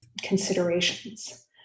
considerations